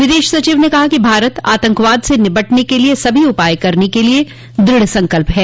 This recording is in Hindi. विदेश सचिव ने कहा कि भारत आतंकवाद से निपटने के लिए सभी उपाय करने के लिए द्रढ़ संकल्प है